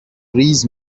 ریز